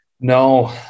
No